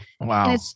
Wow